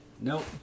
Nope